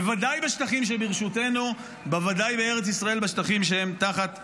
בוודאי בשטחים שברשותנו ובוודאי בארץ ישראל בשטחים שהם תחת שליטתנו.